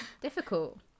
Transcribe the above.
difficult